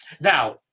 Now